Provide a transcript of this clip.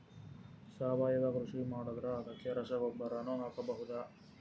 ಸಾವಯವ ಕೃಷಿ ಮಾಡದ್ರ ಅದಕ್ಕೆ ರಸಗೊಬ್ಬರನು ಹಾಕಬಹುದಾ?